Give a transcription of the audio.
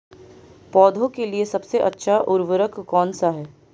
पौधों के लिए सबसे अच्छा उर्वरक कौनसा हैं?